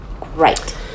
great